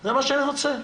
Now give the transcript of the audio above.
זה מה שאני רוצה.